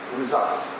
results